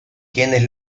quienes